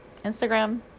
Instagram